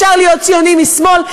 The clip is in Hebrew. אפשר להיות ציונים משמאל,